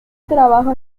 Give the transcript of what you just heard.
trabajo